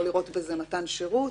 ולא לראות בזה מתן שירות.